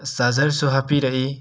ꯑ ꯆꯥꯔꯖꯔꯁꯨ ꯍꯥꯞꯄꯤꯔꯛꯏ